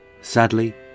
Sadly